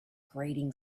grating